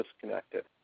disconnected